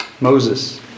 Moses